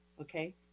okay